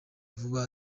vuba